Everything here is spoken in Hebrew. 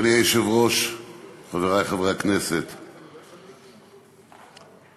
בחוק הזה שאנחנו מדברים עליו, ואני חושב שהייתי,